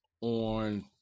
on